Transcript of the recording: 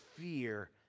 fear